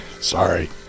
Sorry